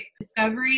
discovery